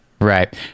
Right